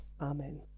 Amen